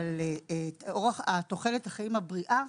אבל בתוחלת החיים הבריאה,